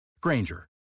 Granger